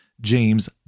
james